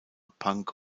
punk